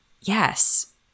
yes